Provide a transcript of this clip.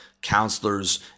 counselors